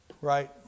right